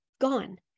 gone